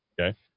okay